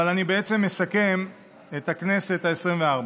אבל אני בעצם מסכם את הכנסת העשרים-וארבע.